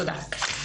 תודה.